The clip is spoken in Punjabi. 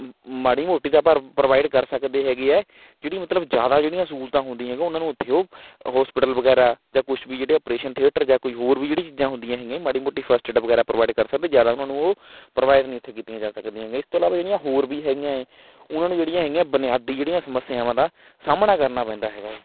ਮਾੜੀ ਮੋਟੀ ਤਾਂ ਆਪਾਂ ਪ੍ਰੋਵਾਈਡ ਕਰ ਸਕਦੇ ਹੈਗੇ ਹੈ ਜਿਹੜੀ ਮਤਲਬ ਜ਼ਿਆਦਾ ਜਿਹੜੀਆਂ ਸਹੂਲਤਾਂ ਹੁੰਦੀਆਂ ਹੈ ਉਨ੍ਹਾਂ ਨੂੰ ਉੱਥੇ ਉਹ ਹੋਸਪੀਟਲ ਵਗੈਰਾ ਜਾਂ ਕੁਛ ਵੀ ਜਿਹੜੇ ਓਪਰੇਸ਼ਨ ਥੀਏਟਰ ਜਾਂ ਕੋਈ ਹੋਰ ਵੀ ਜਿਹੜੀ ਚੀਜ਼ਾਂ ਹੁੰਦੀਆਂ ਹੈਗੀਆਂ ਮਾੜੀ ਮੋਟੀ ਫਸਟ ਏਡ ਵਗੈਰਾ ਪ੍ਰੋਵਾਈਡ ਕਰ ਸਕਦੇ ਜ਼ਿਆਦਾ ਉਨ੍ਹਾਂ ਨੂੰ ਉਹ ਪ੍ਰੋਵਾਈਡ ਨਹੀਂ ਉੱਥੇ ਕੀਤੀਆਂ ਜਾ ਸਕਦੀਆਂ ਹੈਗੀਆਂ ਇਸ ਤੋਂ ਇਲਾਵਾ ਜਿਹੜੀਆਂ ਹੋਰ ਵੀ ਹੈਗੀਆਂ ਹੈ ਉਨ੍ਹਾਂ ਨੂੰ ਜਿਹੜੀਆਂ ਹੈਗੀਆਂ ਬੁਨਿਆਦੀ ਜਿਹੜੀ ਸਮੱਸਿਆਵਾਂ ਦਾ ਸਾਹਮਣਾ ਕਰਨਾ ਪੈਂਦਾ ਹੈਗਾ ਹੈ